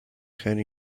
خری